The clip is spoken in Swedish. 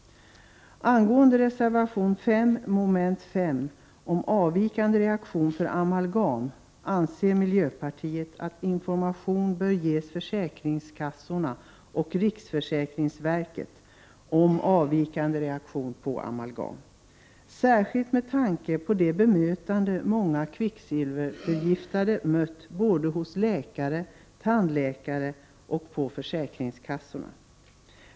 I reservation 5 under mom. 5 från miljöpartiet om avvikande reaktion för amalgam anges att information bör ges till försäkringskassorna och riksförsäkringsverket om avvikande reaktioner för amalgam, särskilt med tanke på det bemötande många kvicksilverförgiftade fått hos läkare, tandläkare och på försäkringskassorna.